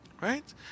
Right